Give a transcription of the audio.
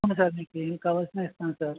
అవును సార్ మీకు ఏమి కావాల్సినా ఇస్తాను సార్